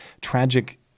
tragic